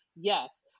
yes